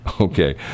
okay